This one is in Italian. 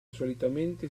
solitamente